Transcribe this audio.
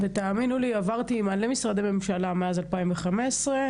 תאמינו לי שעברתי הרבה משרדי ממשלה מאז 2015,